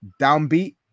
downbeat